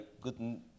good